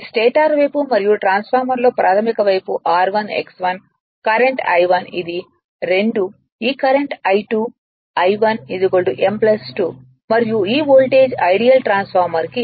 ఇది స్టేటర్ వైపు మరియు ట్రాన్స్ఫార్మర్ లో ప్రాధమిక వైపు r 1 x 1 కరెంట్ I1 ఇది 2 ' ఈ కరెంట్ I2' I1 m 2 'మరియు ఈ వోల్టేజ్ ఐడియల్ ట్రాన్స్ఫార్మర్ కి